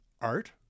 art